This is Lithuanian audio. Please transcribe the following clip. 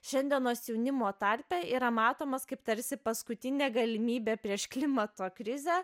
šiandienos jaunimo tarpe yra matomas kaip tarsi paskutinė galimybė prieš klimato krizę